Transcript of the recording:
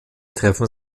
treffen